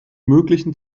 möglichen